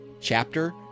chapter